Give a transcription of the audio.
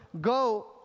go